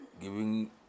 giving